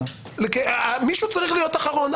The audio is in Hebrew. מישהו צריך להיות אחרון.